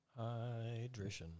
Hydration